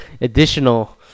additional